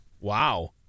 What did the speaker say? Wow